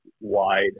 wide